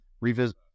revisit